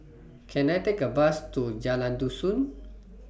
Can I Take A Bus to Jalan Dusun